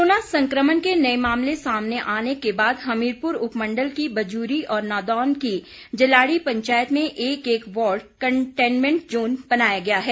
corona संक्रमण के नए मामले सामने आने के बाद हमीरपुर उपमण्डल की बजूरी और नादौन की जलाड़ी पंचायत में एक एक वॉर्ड कंटेनमेंट जोन बनाया गया है